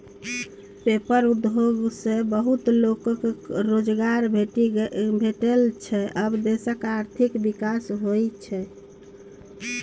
paper उद्योग सँ बहुत लोक केँ रोजगार भेटै छै आ देशक आर्थिक विकास होइ छै